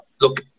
look